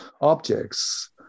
objects